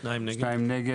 2 נמנעים,